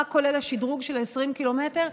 מה כולל השדרוג של 20 הק"מ,